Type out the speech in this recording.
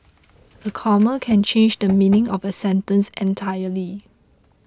a comma can change the meaning of a sentence entirely